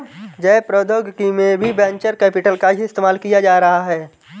जैव प्रौद्योगिकी में भी वेंचर कैपिटल का ही इस्तेमाल किया जा रहा है